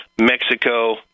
Mexico